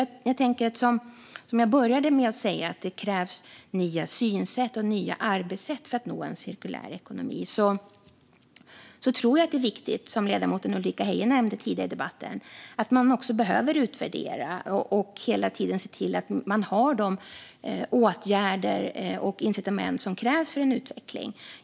Jag tänker att, som jag började med att säga, det krävs nya synsätt och nya arbetssätt för att nå en cirkulär ekonomi. Då tror jag att det är viktigt, som ledamoten Ulrika Heie nämnde tidigare i debatten, att man utvärderar och hela tiden ser till att man har de åtgärder och incitament som krävs för den här utvecklingen.